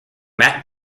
matt